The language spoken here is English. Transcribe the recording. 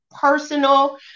personal